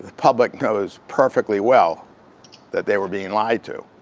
public knows perfectly well that they were being lied to.